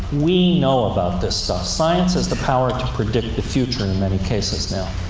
we know about this stuff. science has the power to predict the future in many cases now.